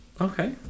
Okay